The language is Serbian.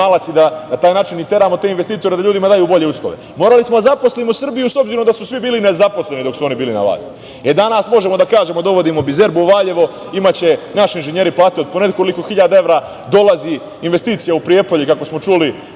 da na taj način i teramo te investitore da ljudima daju bolje uslove. Morali smo da zaposlimo Srbiju, s obzirom da su svi bili nezaposleni dok su oni bili na vlasti. Danas možemo da kažemo - dovodimo „Bizerbu“ u Valjevo, imaće naši inženjeri platu od po nekoliko hiljada evra, dolazi investicija u Prijepolje, kako smo čuli.